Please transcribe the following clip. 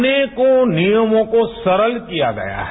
अनेकों नियमों को सरल किया गया है